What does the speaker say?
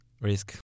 Risk